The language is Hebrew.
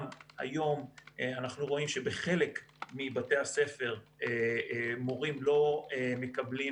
גם היום אנחנו רואים שבחלק מבתי הספר מורים לא מקבלים